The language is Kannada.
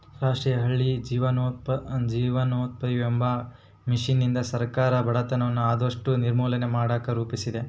ರಾಷ್ಟ್ರೀಯ ಹಳ್ಳಿ ಜೀವನೋಪಾಯವೆಂಬ ಮಿಷನ್ನಿಂದ ಸರ್ಕಾರ ಬಡತನವನ್ನ ಆದಷ್ಟು ನಿರ್ಮೂಲನೆ ಮಾಡಕ ರೂಪಿಸಿದೆ